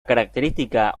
característica